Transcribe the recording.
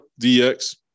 DX